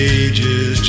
ages